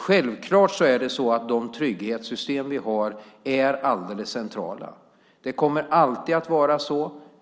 Självklart är det så att de trygghetssystem vi har är alldeles centrala. Det kommer alltid att vara så.